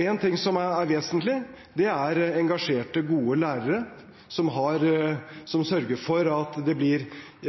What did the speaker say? Én ting som er vesentlig, er engasjerte, gode lærere som sørger for at det